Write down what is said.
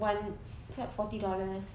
one twelve forty dollars